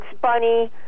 Bunny